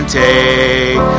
take